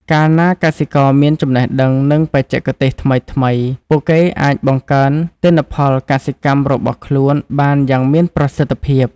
កាលណាកសិករមានចំណេះដឹង និងបច្ចេកទេសថ្មីៗ ពួកគេអាចបង្កើនទិន្នផលកសិកម្មរបស់ខ្លួនបានយ៉ាងមានប្រសិទ្ធភាព។